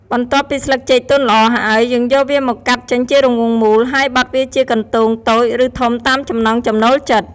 បន្ទាប់ពីស្លឹកចេកទន់ល្អហើយ យើងយកវាមកកាត់ចេញជារង្វង់មូល ហើយបត់វាជាកន្ទោងតូច ឬធំតាមចំណង់ចំណូលចិត្ត។